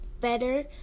better